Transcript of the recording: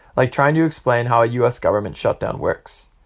like trying to explain how a u s. government shutdown works.